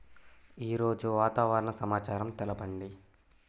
ఈరోజు వాతావరణ సమాచారం తెలుపండి